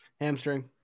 Hamstring